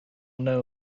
know